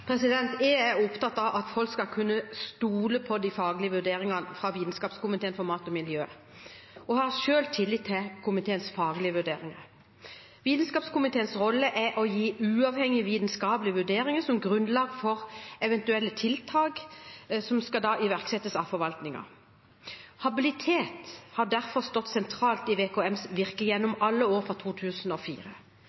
Jeg er opptatt av at folk skal kunne stole på de faglige vurderingene fra Vitenskapskomiteen for mat og miljø, VKM, og jeg har selv tillit til komiteens faglige vurderinger. Vitenskapskomiteens rolle er å gi uavhengige vitenskapelige vurderinger som grunnlag for eventuelle tiltak som skal iverksettes av forvaltningen. Habilitet har derfor stått sentralt i VKMs virke gjennom